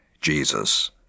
Jesus